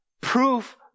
proof